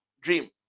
dream